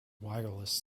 wireless